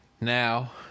now